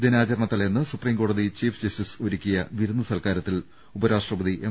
ദിനാചരണ ത ലേന്ന് സുപ്രീം കോടതി ചീഫ് ജസ്റ്റിസ് ഒരുക്കിയ വിരുന്നുസൽക്കാരത്തിൽ ഉപരാഷ്ട്രപതി എം